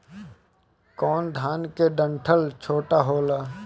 कौन धान के डंठल छोटा होला?